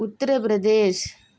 Uttar Pradesh